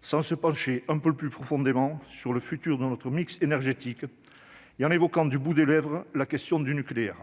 sans se pencher d'un peu plus près sur l'avenir de notre mix énergétique et en se contentant d'évoquer du bout des lèvres la question du nucléaire ?